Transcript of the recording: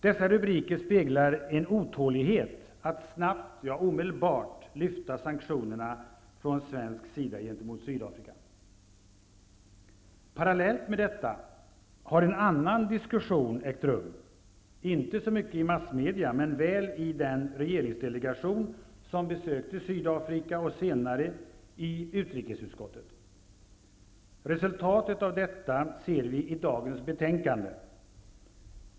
Dessa rubriken speglar en otålighet att snabbt, ja omedelbart, lyfta sanktionerna från svensk sida gentemot Sydafrika. Parallellt med detta har en annan diskussion ägt rum, inte så mycket i massmedia men väl i den regeringsdelegation som besökte Sydafrika, och senare i utrikesutskottet. Resultatet av detta ser vi i dagens betänkande.